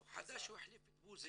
לא, חדש, הוא החליף את בוז'י.